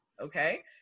Okay